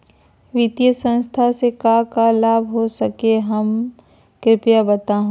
वित्तीय संस्था से का का लाभ हो सके हई कृपया बताहू?